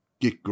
get